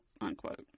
unquote